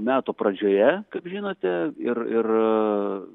metų pradžioje kaip žinote ir ir